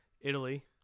Italy